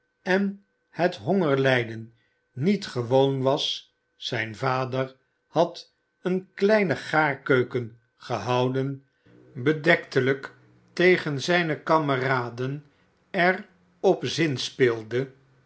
en het hongerlijden niet gewoon was zijn vader had eene kleine gaarkeuken gehouden bedektelijk tegen zijne kameraden er op zinspeelde